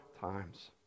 times